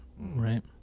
right